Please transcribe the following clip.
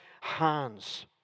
hands